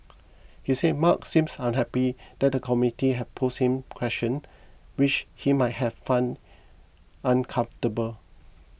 he said Mark seemed unhappy that the committee had pose him questions which he might have found uncomfortable